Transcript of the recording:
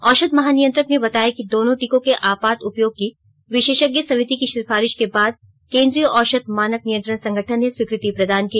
औषध महानियंत्रक ने बताया कि दोनों टीकों के आपात उपयोग की विशेषज्ञ समिति की सिफारिश के बाद केन्द्रीय औषध मानक नियंत्रण संगठन ने स्वीकृति प्रदान की